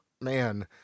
man